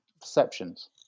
perceptions